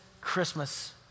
Christmas